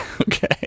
Okay